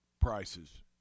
prices